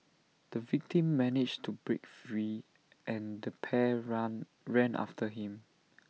the victim managed to break free and the pair run ran after him